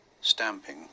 stamping